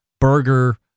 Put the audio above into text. burger